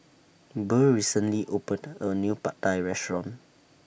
Burr recently opened A New Pad Thai Restaurant